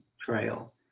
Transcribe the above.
trail